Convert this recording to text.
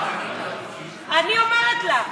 אני אומרת לך.